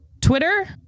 Twitter